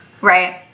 right